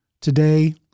Today